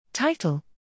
Title